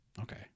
Okay